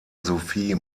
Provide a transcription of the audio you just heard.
sophie